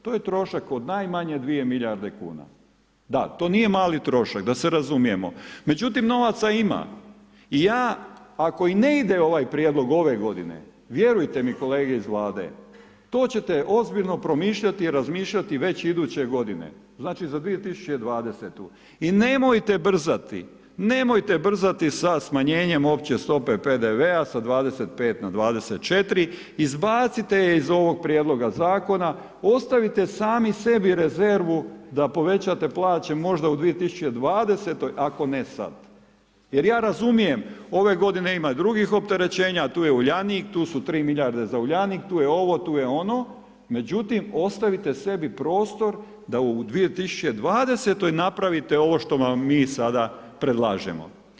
To je trošak od najmanje 2 milijarde kuna, da to nije mali trošak da se razumijemo, međutim novaca ima i ja ako i ne ide ovaj prijedlog ove godine, vjerujte mi kolege iz Vlade, to ćete ozbiljno promišljati i razmišljati već iduće godine, znači za 2020. i nemojte brzati, nemojte brzati sa smanjenjem opće stope PDV-a sa 25 na 24%, izbacite je iz ovog prijedloga zakona, ostavite sami sebi rezervu da povećate plaće možda u 2020. ako ne sad, jer ja razumijem ove godine ima drugih opterećenja, tu je Uljanik, tu su 3 milijarde za Uljanik, tu je ovo tu je ono, međutim ostavite sebi prostor da u 2020. napravite ovo što vam mi sada predlažemo.